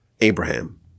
Abraham